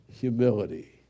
humility